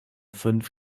fünf